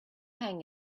hang